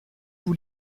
vous